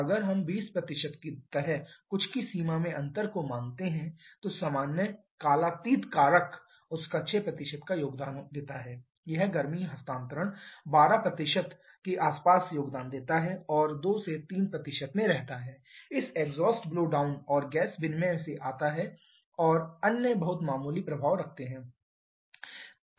अगर हम 20 की तरह कुछ की सीमा में अंतर को मानते हैं तो सामान्य कालातीत कारक उसका 6 का योगदान देता है यह गर्मी हस्तांतरण 12 के आसपास योगदान देता है और 2 से 3 में रहता है इस एग्जॉस्ट ब्लो डाउन और गैस विनिमय से आता है अन्य बहुत मामूली प्रभाव रखते हैं